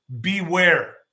beware